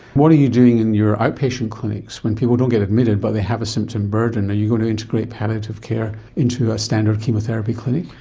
what are you doing in your outpatient clinics when people don't get admitted but they have a symptom burden? are you going to integrate palliative care into a standard chemotherapy clinic?